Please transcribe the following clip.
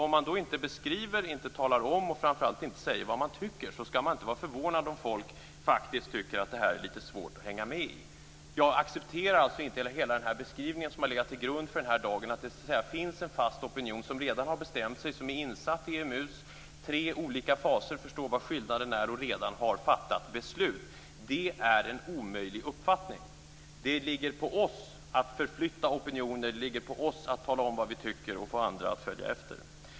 Om man då inte beskriver och framför allt inte talar om vad man tycker skall man inte vara förvånad om folk faktiskt tycker att det här är litet svårt att hänga med i. Jag accepterar alltså inte hela den beskrivning som har legat till grund för debatten här i dag, att det finns en fast opinion som redan har bestämt sig, är insatt i EMU:s tre olika faser, förstår vad skillnaden är och redan har fattat beslut. Det är en omöjlig uppfattning. Det ligger på oss att förflytta opinioner. Det ligger på oss att tala om vad vi tycker och få andra att följa efter.